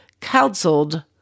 counseled